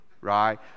Right